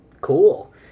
Cool